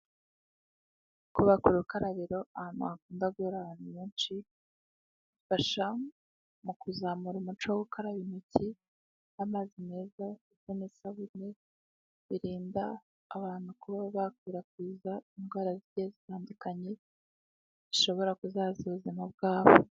Kubaka urukarabiro ahantu hakunda guhurira abantu benshi, bifasha mu kuzamura umuco wo gukaraba intoki n'amazi meza ndetse n'isabune birinda abantu kuba bakwirakwiza indwara zigiye zitandukanye, zishobora kuzahaza ubuzima bwabo.